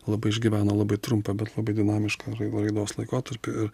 labai išgyveno labai trumpą bet labai dinamišką rai raidos laikotarpį ir